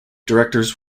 directors